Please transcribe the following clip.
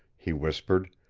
he whispered.